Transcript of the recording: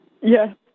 Yes